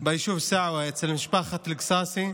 ביישוב סעווה, אצל משפחת אל-קסאסי,